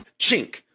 chink